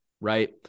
right